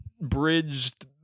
bridged